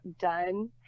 done